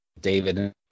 David